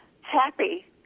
happy